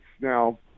Now